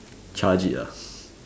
charge it lah